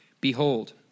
Behold